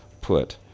put